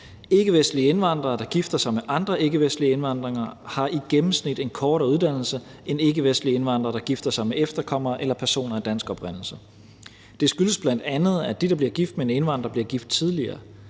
Ikkevestlige indvandrere, der gifter sig med andre ikkevestlige indvandrere, har i gennemsnit en kortere uddannelse end ikkevestlige indvandrere, der gifter sig med efterkommere eller personer af dansk oprindelse. Det skyldes bl.a., at de, der bliver gift med en indvandrer, bliver gift tidligere.